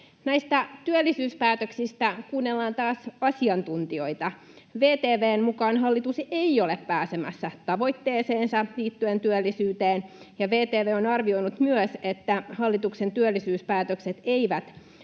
Näistä työllisyyspäätöksistä: Kuunnellaan taas asiantuntijoita. VTV:n mukaan hallitus ei ole pääsemässä tavoitteeseensa liittyen työllisyyteen, ja VTV on arvioinut myös, että hallituksen työllisyyspäätökset eivät